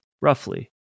Roughly